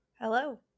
Hello